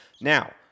Now